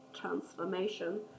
transformation